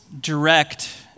direct